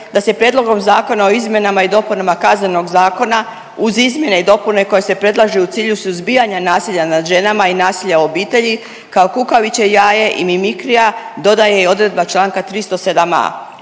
da se Prijedlogom Zakona o izmjenama i dopunama Kaznenog zakona uz izmjene i dopune koje se predlažu u cilju suzbijanja nasilja nad ženama i nasilja u obitelji kao kukavičje jaje i mimikrija dodaje i odredba Članka 307a.